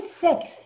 six